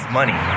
money